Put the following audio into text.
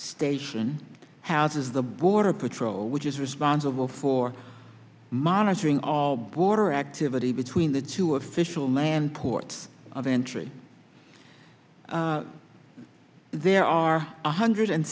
station houses the border patrol which is responsible for monitoring all border activity between the two official man ports of entry there are one hundred and